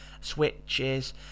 switches